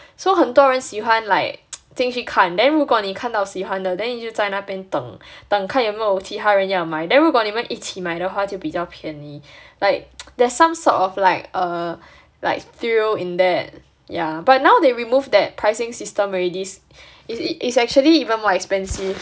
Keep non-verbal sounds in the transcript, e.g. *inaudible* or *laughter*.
so 很多人喜欢 like *noise* 进去看 then 如果你看到喜欢的 then 你就在那边等等看有没有其他人要买 then 如果你们一起买的话就比较便宜 like *noise* there's some sort of like err like thrill in that yeah but now they remove that pricing system already is actually even more expensive